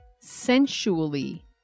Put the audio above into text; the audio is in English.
sensually